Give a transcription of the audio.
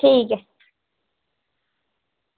ठीक ऐ